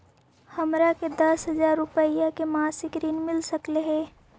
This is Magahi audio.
हमरा के दस हजार रुपया के मासिक ऋण मिल सकली हे?